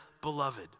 beloved